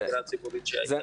באווירה הציבורית שהייתה.